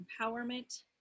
empowerment